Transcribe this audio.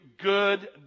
good